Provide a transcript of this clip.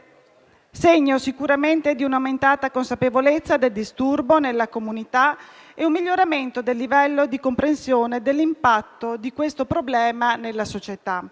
segno di un'aumentata consapevolezza del disturbo nella comunità e di un miglioramento del livello di comprensione dell'impatto di questo problema nella società.